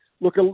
look